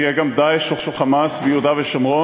שיהיה גם "דאעש" או "חמאס" ביהודה ושומרון,